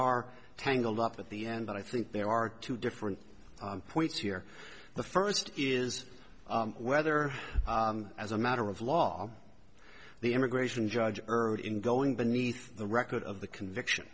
are tangled up at the end but i think there are two different points here the first is whether as a matter of law the immigration judge heard in going beneath the record of the conviction